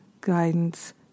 guidance